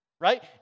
right